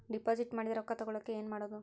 Deposit ಮಾಡಿದ ರೊಕ್ಕ ತಗೋಳಕ್ಕೆ ಏನು ಮಾಡೋದು?